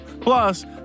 Plus